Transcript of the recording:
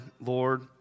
Lord